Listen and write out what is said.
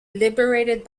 liberated